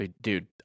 Dude